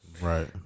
Right